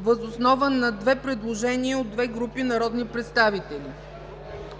въз основа на две предложения от две групи народни представители.